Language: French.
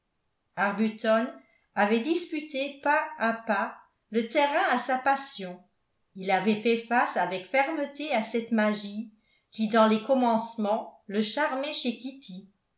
avait disputé pas à pas le terrain à sa passion il avait fait face avec fermeté à cette magie qui dans les commencements le charmait chez kitty